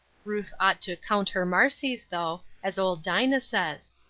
ruth ought to count her marcies though, as old dinah says.